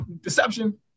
Deception